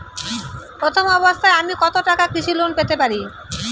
প্রথম অবস্থায় আমি কত টাকা কৃষি লোন পেতে পারি?